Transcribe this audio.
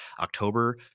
October